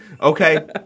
Okay